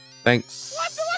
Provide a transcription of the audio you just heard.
Thanks